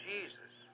Jesus